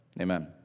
Amen